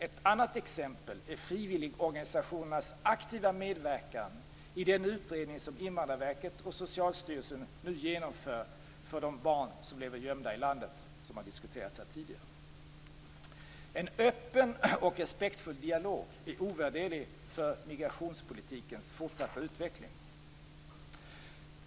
Ett annat exempel är de frivilliga organisationernas aktiva medverkan i den utredning som Invandrarverket och Socialstyrelsen nu genomför för de barn som lever gömda i landet, som har diskuterats här tidigare. En öppen och respektfull dialog är ovärderlig för migrationspolitikens fortsatta utveckling.